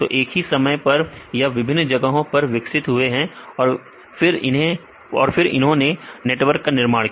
तो एक ही समय पर यह विभिन्न जगहों पर विकसित हुए और फिर इन्होंने नेटवर्क का निर्माण किया